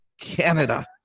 Canada